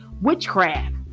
witchcraft